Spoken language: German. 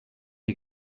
die